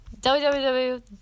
www